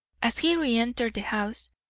as he re-entered the house,